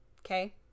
Okay